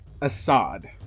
Assad